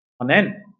Amen